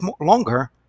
longer